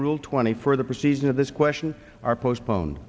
rule twenty four the procedure to this question are postpone